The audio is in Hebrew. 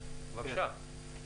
בבקשה.